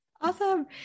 Awesome